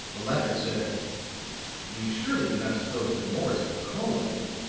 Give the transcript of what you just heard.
the latter said you surely do not suppose that morris will call on you?